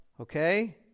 okay